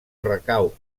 recau